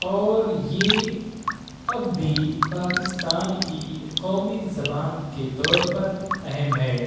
اور یہ اب بھی پاکستان کی قومی زبان کے طور پر اہم ہے